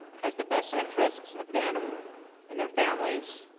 has the best interest of them and their families.